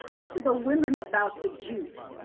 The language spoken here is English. talk to the women about the jeep,